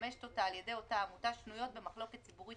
שמממשת אותה על ידי אותה עמותה שנויות במחלוקת ציבורית